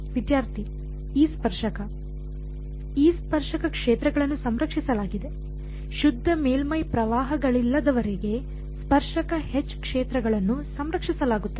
ವಿದ್ಯಾರ್ಥಿ ಇ ಸ್ಪರ್ಶಕ ಇ ಸ್ಪರ್ಶಕ ಕ್ಷೇತ್ರಗಳನ್ನು ಸಂರಕ್ಷಿಸಲಾಗಿದೆ ಶುದ್ಧ ಮೇಲ್ಮೈ ಪ್ರವಾಹಗಳಿಲ್ಲದವರೆಗೆ ಸ್ಪರ್ಶಕ H ಕ್ಷೇತ್ರಗಳನ್ನು ಸಂರಕ್ಷಿಸಲಾಗುತ್ತದೆ